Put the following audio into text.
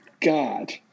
God